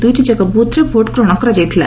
ଦୁଇଟିଯାକ ବୁଥ୍ରେ ଭୋଟ୍ ଗ୍ରହଣ କରାଯାଇଥିଲା